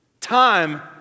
Time